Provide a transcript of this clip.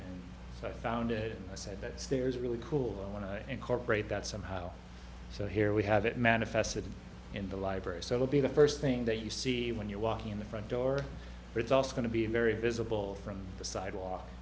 so i found it i said that there is really cool i want to incorporate that somehow so here we have it manifested in the library so it'll be the first thing that you see when you walk in the front door it's also going to be very visible from the sidewalk